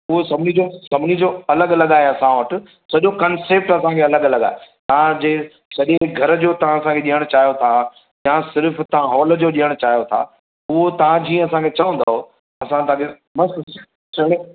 उहो सभिनी जो सभिनी जो अलॻि अलॻि आहे असां वटि सॼो कन्सैप्ट हो तव्हांखे अलॻि अलॻि आहे तव्हांजे सॼी घर जो तव्हां साईं ॾियणु चाहियो था या सिर्फ़ु तव्हां हॉल जो ॾियणु चाहियो था उहो तव्हां जीअं असांखे चवंदव असां तव्हांखे मस्तु